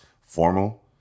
formal